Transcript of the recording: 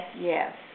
Yes